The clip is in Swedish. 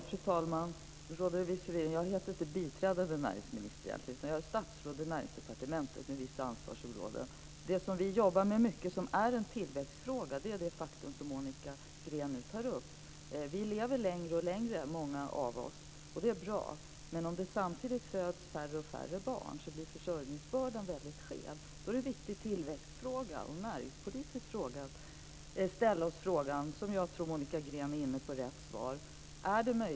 Fru talman! Det råder en viss förvirring. Jag heter inte biträdande näringsminister, utan jag är statsråd i Vi jobbar mycket med det som är en tillväxtfråga och som Monica Green nu tar upp. Många av oss lever längre och längre. Det är bra, men om det samtidigt föds allt färre barn blir försörjningsbördan väldigt skev. Då är detta en viktig tillväxtfråga och näringspolitisk fråga att ställa sig; jag tror att Monica Green är inne på rätt svar.